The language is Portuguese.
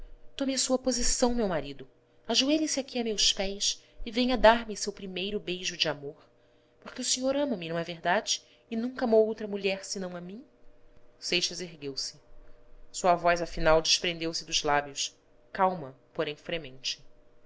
tome a sua posição meu marido ajoelhe se aqui a meus pés e venha dar-me seu primeiro beijo de amor porque o senhor ama-me não é verdade e nunca amou outra mulher senão a mim seixas ergueu-se sua voz afinal desprendeu-se dos lábios calma porém fremente